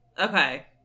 Okay